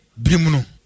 brimuno